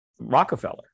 Rockefeller